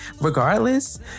regardless